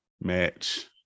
match